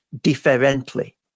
differently